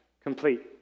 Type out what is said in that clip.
complete